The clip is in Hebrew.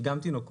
היא גם תינוקות,